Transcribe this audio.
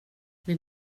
vill